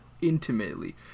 intimately